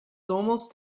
almost